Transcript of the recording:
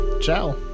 ciao